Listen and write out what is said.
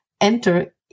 enter